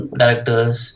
directors